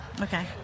okay